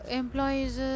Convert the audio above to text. employees